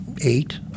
eight